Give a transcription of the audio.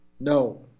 No